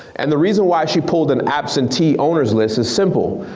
and the reason why she pulled an absentee owner's list is simple,